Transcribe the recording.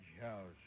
House